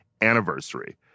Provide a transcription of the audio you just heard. anniversary